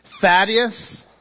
Thaddeus